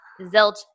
zilch